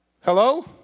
Hello